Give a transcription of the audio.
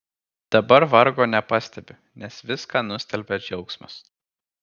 dabar vargo nepastebiu nes viską nustelbia džiaugsmas